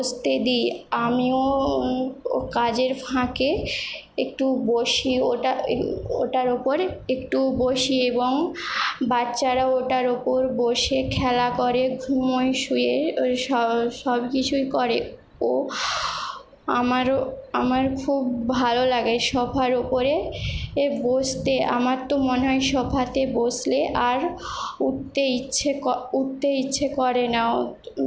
বসতে দিই আমিও কাজের ফাঁকে একটু বসি ওটা ওটার ওপরে একটু বসি এবং বাচ্চারাও ওটার ওপর বসে খেলা করে ঘুমোয় শুয়ে সব সব কিছুই করে ও আমারও আমার খুব ভালো লাগে সোফার ওপরে বসতে আমার তো মনে হয় সোফাতে বসলে আর উঠতে ইচ্ছে উঠতে ইচ্ছে করে না